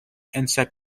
insect